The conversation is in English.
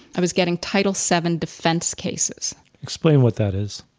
i was getting title seven defense cases. explain what that is.